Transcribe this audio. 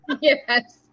Yes